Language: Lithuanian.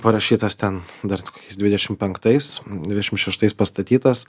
parašytas ten dar kokiais dvidešimt penktais dvidešimt šeštais pastatytas